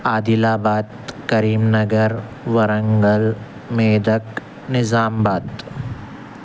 عادل آباد کریم نگر وارنگل میڈک نظام آباد